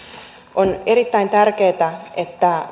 on erittäin tärkeätä että